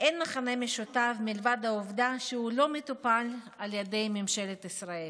אין מכנה משותף מלבד העובדה שהיא לא מטופלת על ידי ממשלת ישראל.